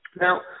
Now